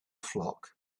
flock